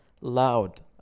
loud